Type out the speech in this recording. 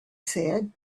said